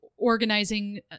organizing